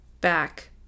back